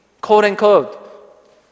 quote-unquote